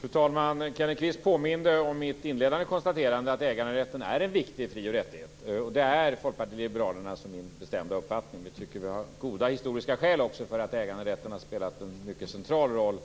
Fru talman! Kenneth Kvist påminde om mitt inledande konstaterande att äganderätten är en viktig frioch rättighet. Det är Folkpartiet liberalernas och min bestämda uppfattning. Vi tycker också att vi har goda historiska skäl för att tycka att äganderätten har haft en mycket central roll